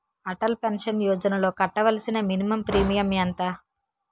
Atal pension యోజనలో కట్టవలసిన minimum premium ఎంత?